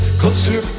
closer